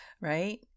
right